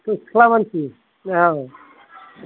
सिख्ला मानसि औ